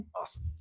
awesome